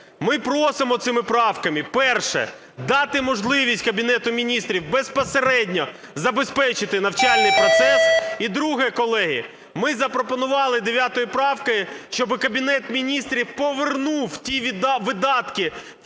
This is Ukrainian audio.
Ми просимо цими правками, перше, дати можливість Кабінету Міністрів безпосередньо забезпечити навчальний процес. І друге, колеги. Ми запропонували 9 правкою, щоб Кабінет Міністрів повернув ті видатки